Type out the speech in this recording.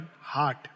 heart